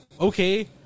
okay